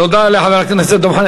תודה לחבר הכנסת דב חנין.